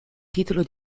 titolo